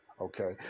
okay